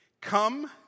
Come